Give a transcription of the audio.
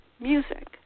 music